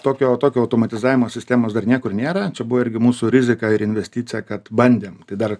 tokio tokio automatizavimo sistemos dar niekur nėra čia buvo irgi mūsų rizika ir investicija kad bandėm tai dar